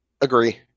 Agree